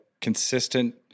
consistent